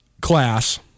class